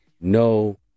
No